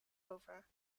over